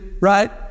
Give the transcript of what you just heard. Right